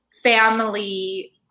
family